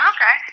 Okay